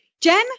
Jen